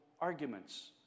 arguments